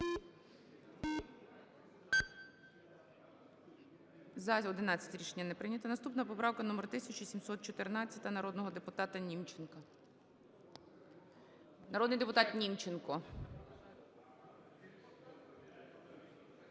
За-11 Рішення не прийнято. Наступна поправка номер 1714 народного депутата Німченка. Народний депутат Німченко.